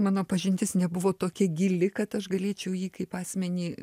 mano pažintis nebuvo tokia gili kad aš galėčiau jį kaip asmenį